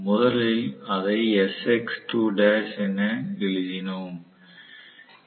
முதலில் அதை sX2l என எழுதினோம்